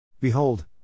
Behold